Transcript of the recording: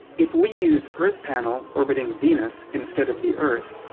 if we use earth panel orbiting venus instead of the earth,